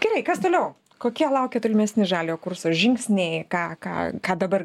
gerai kas toliau kokie laukia tolimesni žaliojo kurso žingsniai ką ką ką dabar